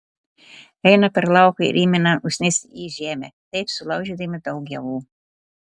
eina per lauką ir įmina usnis į žemę taip sulaužydami daug javų